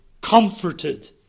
comforted